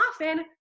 often